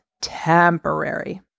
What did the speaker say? temporary